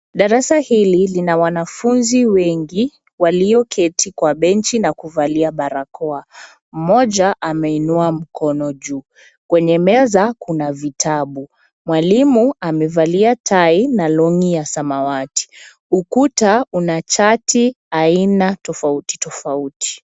Darasa hili lina wanafunzi wengi walioketi kwa benji na kuvalia barakoa. Mmoja ameinua mkono juu. Kwenye meza kuna vitabu. Mwalimu amevalia tai na longi ya samawati. Ukuta una chati aina tofauti tofauti.